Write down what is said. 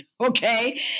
Okay